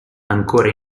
ancora